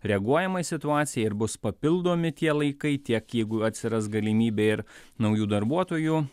reaguojama į situaciją ir bus papildomi tie laikai tiek jeigu atsiras galimybė ir naujų darbuotojų